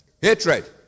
Hatred